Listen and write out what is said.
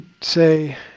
say